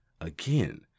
again